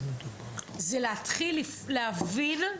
זה להתחיל להבין,